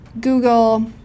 Google